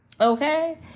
Okay